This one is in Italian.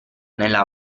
nella